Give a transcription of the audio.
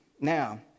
Now